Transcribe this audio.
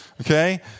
Okay